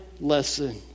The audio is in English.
lesson